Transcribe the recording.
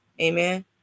Amen